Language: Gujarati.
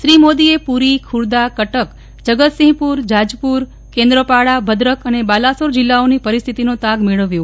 શ્રી મોદીએ પુરી ખુર્દા કટક જગતસિંહપુર જાજપુર કેન્દ્રપાડા ભદ્રક અને બાલાસોર જિલ્લાઓની પરિસ્થિતિનો તાગ મેળવ્યો